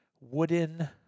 wooden